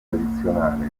tradizionale